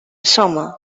summer